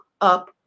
up